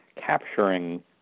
capturing